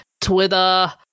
Twitter